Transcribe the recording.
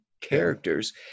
characters